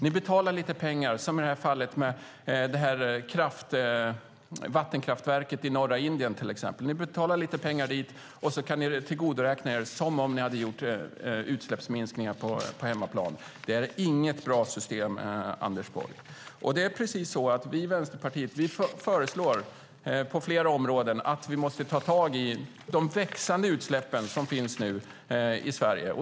Ni betalar lite pengar, som i fallet med vattenkraftverket i norra Indien, och så kan ni tillgodoräkna er det som om ni hade gjort utsläppsminskningar på hemmaplan. Det är inget bra system, Anders Borg. Vi i Vänsterpartiet föreslår på flera områden att vi måste ta tag i de växande utsläpp som nu finns i Sverige.